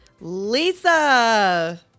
Lisa